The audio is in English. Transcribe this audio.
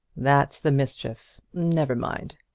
that's the mischief! never mind.